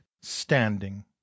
standing